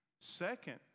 second